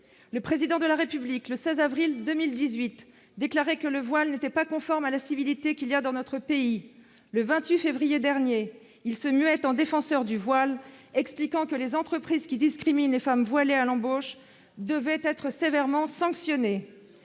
Le Président de la République, le 16 avril 2018, déclarait que le voile n'était pas « conforme à la civilité qu'il y a dans notre pays ». Le 28 février dernier, il se muait en défenseur du voile, expliquant que « les entreprises qui discriminent les femmes voilées à l'embauche [devaient être] sévèrement sanctionnées